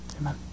amen